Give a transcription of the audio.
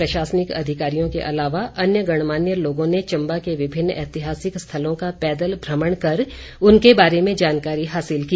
प्रशासनिक अधिकारियों के अलावा अन्य गणमान्य लोगों ने चंबा के विभिन्न ऐतिहासिक स्थलों का पैदल भ्रमण कर उनके बारे में जानकारी हासिल की